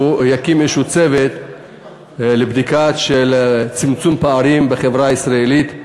שהוא יקים איזשהו צוות לבדיקה של צמצום הפערים בחברה הישראלית,